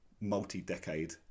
multi-decade